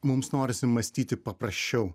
mums norisi mąstyti paprasčiau